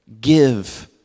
Give